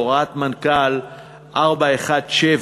הוראת מנכ"ל 417,